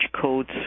codes